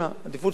העדיפות השנייה,